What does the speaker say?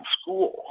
school